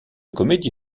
comédie